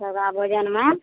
सादा भोजनमे